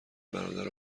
برادر